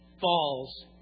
falls